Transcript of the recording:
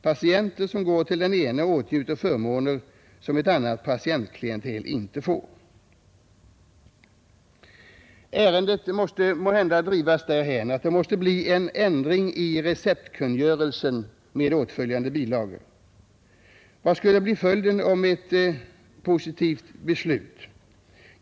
Patienter som går till den ene åtnjuter förmåner som ett annat patientklientel inte får. Ärendet måste måhända drivas därhän att det blir en ändring i receptkungörelsen med åtföljande bilagor. Vad skulle bli följden av ett positivt beslut?